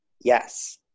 Yes